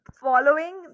following